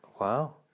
Wow